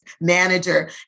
manager